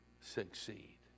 succeed